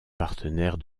partenaires